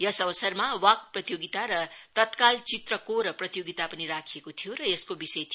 यस अवसरमा वाक् प्रतियोगिता र तत्काल चित्र कोर प्रतियोगिता पनि राखिएको थियो र यसको विषय थियो